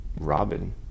Robin